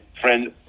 friend